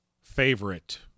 favorite